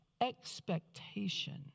expectation